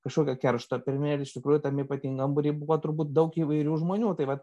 kažkokio keršto pirmi ir iš tikrųjų tam ypatingam būry buvo turbūt daug įvairių žmonių tai va